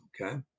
okay